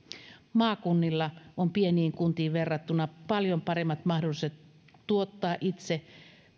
maakunnilla on pieniin kuntiin verrattuna paljon paremmat mahdollisuudet tuottaa itse